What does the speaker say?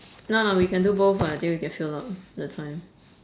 no we can do both [what] I think we can fill up the time